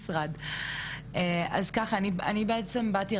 איך אלימות דיגיטלית יכולה להשפיע על